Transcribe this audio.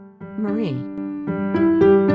Marie